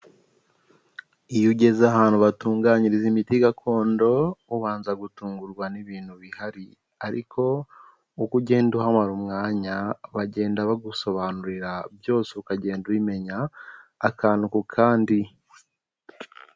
Iyo ugeze ahantu batunganyiriza imiti gakondo ubanza gutungurwa n'ibintu bihari, ariko uko ugenda uhamara umwanya bagenda bagusobanurira byose ukagenda ubimenya akantu ku kandi.